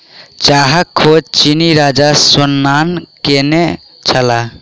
चाहक खोज चीनी राजा शेन्नॉन्ग केने छलाह